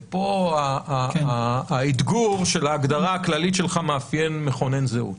ופה האתגור של ההגדרה הכללית שלך מאפיין מכונן זהות,